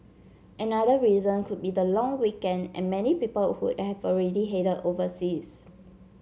another reason could be the long weekend and many people would have already headed overseas